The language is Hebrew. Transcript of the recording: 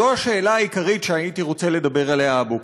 זו השאלה העיקרית שהייתי רוצה לדבר עליה הבוקר.